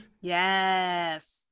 Yes